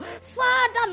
Father